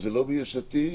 וזה לא מיש עתיד.